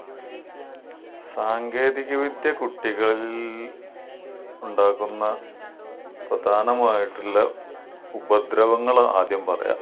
സാങ്കേതിക വിദ്യ കുട്ടികളിൽ ഉണ്ടാക്കുന്ന പ്രധാനമായിട്ടുള്ള ഉപദ്രവങ്ങളാദ്യം പറയാം